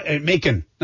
Macon